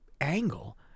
angle